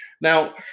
Now